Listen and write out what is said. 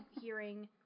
hearing